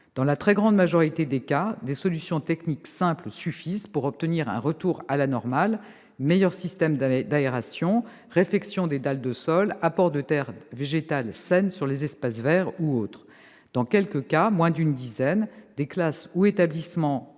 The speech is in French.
Dans la très grande majorité des cas, des solutions techniques simples suffisent pour obtenir un retour à la normale : meilleur système d'aération, réfection des dalles de sol, apport de terre végétale saine sur les espaces verts, etc. Dans quelques cas- moins d'une dizaine -, des classes ou l'établissement